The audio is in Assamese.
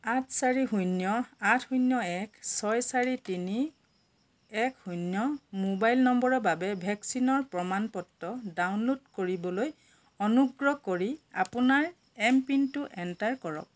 আঠ চাৰি শূন্য আঠ শূন্য এক ছয় চাৰি তিনি দুই এক শূন্য মোবাইল নম্বৰৰ বাবে ভেকচিনৰ প্ৰমাণপত্ৰ ডাউনল'ড কৰিবলৈ অনুগ্ৰহ কৰি আপোনাৰ এমপিনটো এণ্টাৰ কৰ